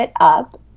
up